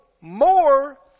more